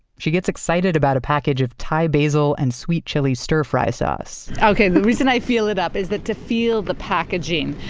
she gets excited about a package of thai basil and sweet chili stir fry sauce okay. the reason i feel it up is that to feel the packaging.